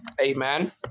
amen